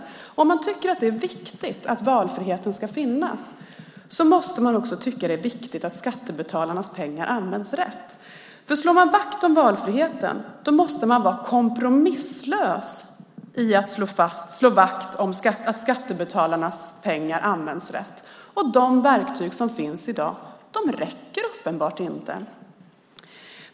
Om man tycker att det är viktigt att valfriheten ska finnas måste man också tycka att det är viktigt att skattebetalarnas pengar används rätt. Slår man vakt om valfriheten måste man nämligen vara kompromisslös i fråga om att slå vakt om att skattebetalarnas pengar används rätt. Och de verktyg som finns i dag räcker uppenbarligen inte.